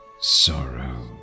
sorrow